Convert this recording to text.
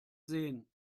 sehen